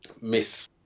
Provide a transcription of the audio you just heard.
miss